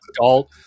adult